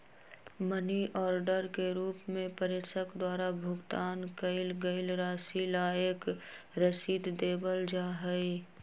money order के रूप में प्रेषक द्वारा भुगतान कइल गईल राशि ला एक रसीद देवल जा हई